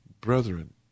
brethren